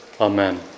Amen